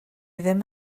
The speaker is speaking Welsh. ddim